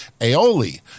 aioli